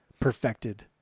Perfected